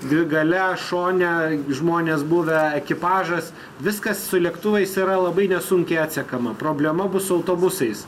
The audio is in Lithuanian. dvi gale šone žmonės buvę ekipažas viskas su lėktuvais yra labai nesunkiai atsekama problema bus su autobusais